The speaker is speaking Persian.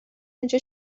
اینجا